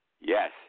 Yes